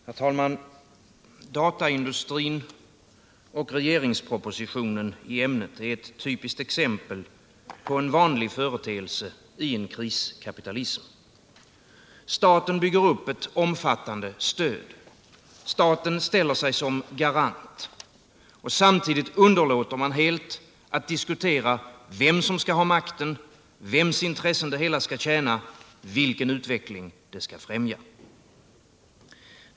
Herr talman! Dataindustrin och regeringspropositionen i ämnet är ett typiskt exempel på en vanlig företeelse i en kriskapitalism. Staten bygger upp ett omfattande stöd. Staten ställer sig som garant. Samtidigt underlåter man helt att diskutera vem som skall ha makten, vems intressen det hela skall tjäna, vilken utveckling det skall främja.